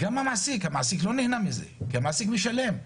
גם המעסיק' לא נהנה מזה, כי המעסיק משלם.